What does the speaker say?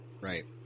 Right